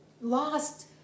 lost